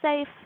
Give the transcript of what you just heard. safe